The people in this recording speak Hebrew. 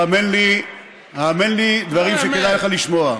האמן לי, האמן לי, דברים שכדאי לך לשמוע.